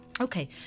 Okay